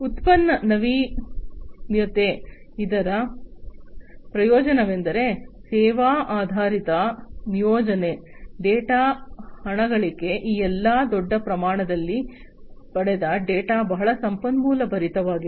ಉತ್ಪನ್ನ ನಾವೀನ್ಯತೆ ಇದರ ಪ್ರಯೋಜನವೆಂದರೆ ಸೇವಾ ಆಧಾರಿತ ನಿಯೋಜನೆ ಡೇಟಾ ಹಣಗಳಿಕೆ ಈ ಎಲ್ಲ ದೊಡ್ಡ ಪ್ರಮಾಣದಲ್ಲಿ ಪಡೆದ ಡೇಟಾ ಬಹಳ ಸಂಪನ್ಮೂಲ ಭರಿತವಾಗಿದೆ